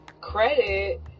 credit